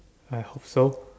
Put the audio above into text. I hope so